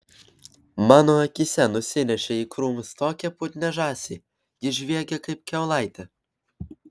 mano akyse nusinešė į krūmus tokią putnią žąsį ji žviegė kaip kiaulaitė